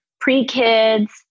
pre-kids